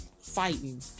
fighting